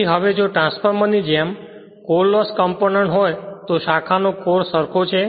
તેથી હવે જો ટ્રાન્સફોર્મર ની જેમ કોર લોસ કમ્પોનન્ટ હોય તો આ શાખા નો કોર સરખું છે